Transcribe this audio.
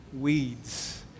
Weeds